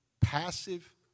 Passive